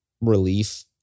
relief